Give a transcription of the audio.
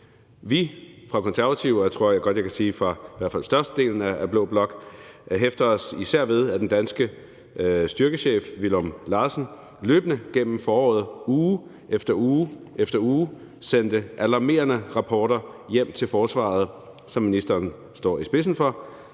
Vi fra Konservative og fra i hvert fald størstedelen af blå blok hæfter os især ved, at den danske styrkechef, Willum Larsen, løbende gennem foråret uge efter uge sendte alarmerende rapporter hjem til forsvaret, som ministeren står i spidsen for,